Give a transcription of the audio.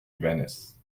venice